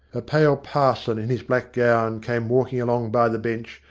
a pale parson in his black gown came walking along by the bench,